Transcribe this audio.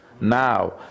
now